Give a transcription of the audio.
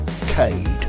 Cade